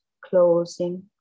closing